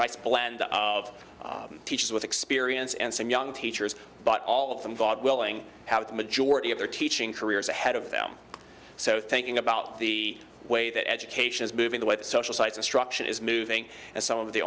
nice blend of teachers with experience and some young teachers but all of them god willing have the majority of their teaching careers ahead of them so thinking about the way that education is moving the way the social sites instruction is moving and some of the